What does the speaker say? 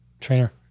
trainer